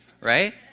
right